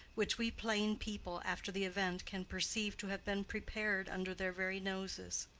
which we plain people after the event can perceive to have been prepared under their very noses.